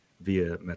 via